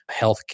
healthcare